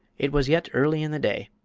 it was yet early in the day,